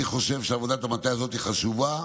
אני חושב שעבודת המטה הזאת היא חשובה,